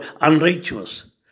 unrighteous